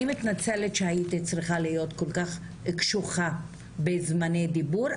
אני מתנצלת שהייתי צריכה להיות כל כך קשוחה בזמני דיבור,